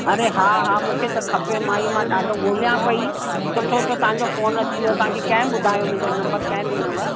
अरे हा हा मूंखे त खपे माई मां ॾाढो ॻोल्हियां पई सुठो थियो तव्हांजो फोन अची वियो तांखे कंहिं ॿुधायो मुंहिंजो नम्बर कंहिं ॾिनव